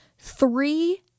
Three